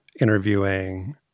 interviewing